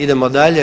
Idemo dalje.